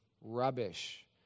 rubbish